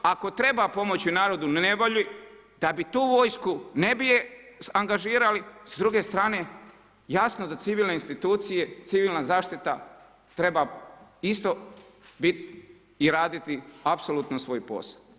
Ako treba pomoći narodu u nevolji da bi tu vojsku ne bi je angažirali, s druge strane jasno da civilne institucije, civilna zaštita treba isto biti i raditi apsolutno svoj posao.